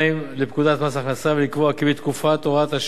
לפקודת מס הכנסה ולקבוע כי בתקופת הוראת השעה רשות